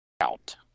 out